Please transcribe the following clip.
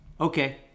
Okay